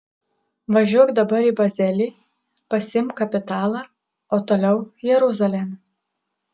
važiuok dabar į bazelį pasiimk kapitalą o toliau jeruzalėn